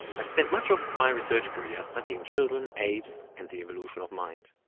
i've spent much of my research career studying children, apes and the evolution of mind.